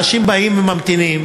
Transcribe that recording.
אנשים באים וממתינים,